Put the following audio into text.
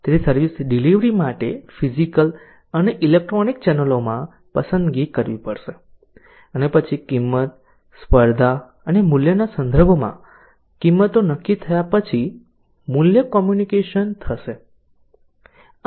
તેથી service delivery માટે physical અને ઇલેક્ટ્રોનિક ચેનલોમાં પસંદગી કરવી પડશે અને પછી કિંમત સ્પર્ધા અને મૂલ્યના સંદર્ભમાં કિંમતો નક્કી થયા પછી મૂલ્ય કોમ્યુનિકેશન થશે